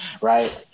right